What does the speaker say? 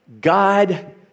God